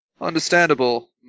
Understandable